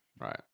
right